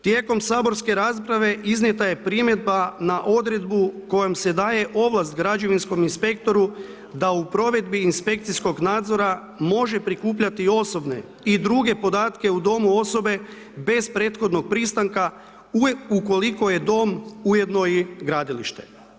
Tijekom saborske rasprave iznijeta je primjedba na odredbu kojom se daje ovlast građevinskom inspektoru da u provedbi inspekcijskog nadzora može prikupljati osobne i druge podatke u domu osobe bez prethodnog pristanka ukoliko je dom ujedno i gradilište.